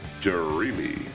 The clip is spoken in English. dreamy